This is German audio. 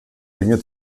ringer